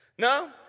No